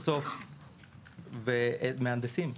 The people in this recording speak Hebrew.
ובסוף מהנדסים.